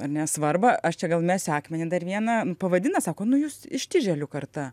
ar ne svarbą aš čia gal mesiu akmenį dar vieną pavadina sako nu jūs ištižėlių karta